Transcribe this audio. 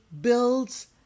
builds